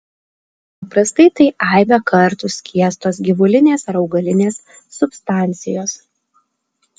paprastai tai aibę kartų skiestos gyvulinės ar augalinės substancijos